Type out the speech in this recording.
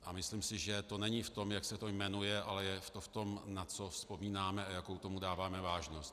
A myslím si, že to není v tom, jak se to jmenuje, ale je to v tom, na co vzpomínáme a jakou tomu dáváme vážnost.